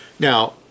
Now